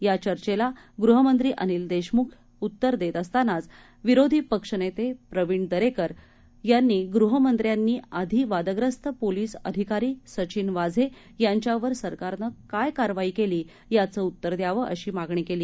या चर्चेला गृहमंत्री अनिल देशमुख हे उत्तर देत असतानाच विरोधी पक्ष नेते प्रवीण दरेकर हे यांनी गृहमंत्र्यांनी आधी वादग्रस्त पोलीस अधिकारी सचिन वाझे यांच्यावर सरकारने काय कारवाई केली याचे उत्तर द्यावे अशी मागणी केली